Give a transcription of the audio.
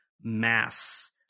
mass